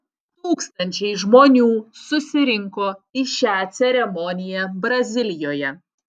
tūkstančiai žmonių susirinko į šią ceremoniją brazilijoje